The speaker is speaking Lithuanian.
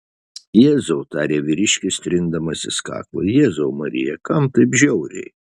jėzau tarė vyriškis trindamasis kaklą jėzau marija kam taip žiauriai